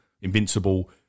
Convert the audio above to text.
Invincible